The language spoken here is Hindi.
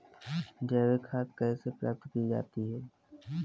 जैविक खाद कैसे प्राप्त की जाती है?